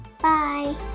bye